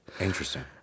Interesting